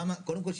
קודם כל,